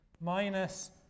minus